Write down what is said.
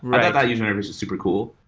but that user interface is super cool,